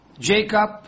Jacob